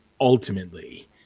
ultimately